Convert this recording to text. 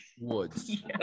Woods